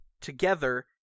together